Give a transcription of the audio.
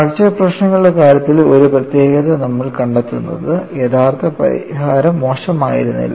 fracture പ്രശ്നങ്ങളുടെ കാര്യത്തിൽ ഒരു പ്രത്യേകത നമ്മൾ കണ്ടെത്തുന്നത് യഥാർത്ഥ പരിഹാരം മോശമായിരുന്നില്ല